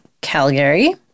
Calgary